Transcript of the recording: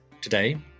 Today